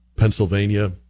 Pennsylvania